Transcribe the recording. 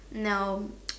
no